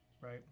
Right